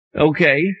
Okay